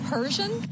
Persian